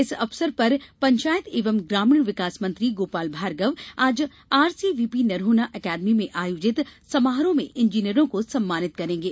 इस अवसर पर पंचायत एवं ग्रामीण विकास मंत्री गोपाल भार्गव आज R C V P Noronha अकादमी में आयोजित समारोह में इंजीनियरों को सम्मानित करेंगे